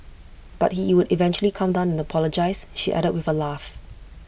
but he would eventually calm down and apologise she added with A laugh